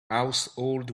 household